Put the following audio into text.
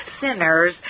sinners